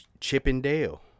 Chippendale